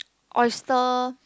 oyster